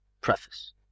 Preface